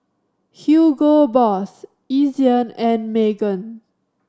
Hugo Boss Ezion and Megan